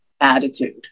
attitude